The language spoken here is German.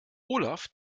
olaf